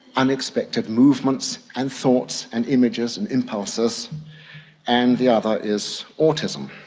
unexpected movements and thoughts and images and impulses and the other is autism.